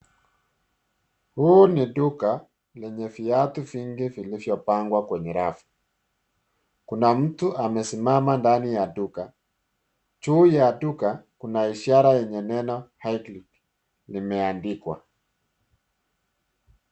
Huu ni duka lenye viatu vingi vilivyo pangwa kwenye rafu. Kuna mtu amesimama ndani ya duka, juu ya duka kuna ishara yenye neno Darling limeandikwa.